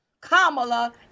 Kamala